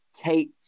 Kate